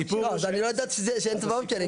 לא, אז אני לא ידעתי שאין ואוצ'רים.